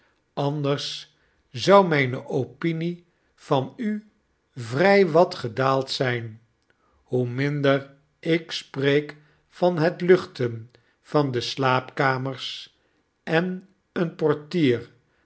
anders zou mjjne oginie van u vry wat gedaald zyn hoe minder ik spreek van het luchten van de slaapkamers en een portier